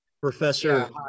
Professor